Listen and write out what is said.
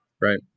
Right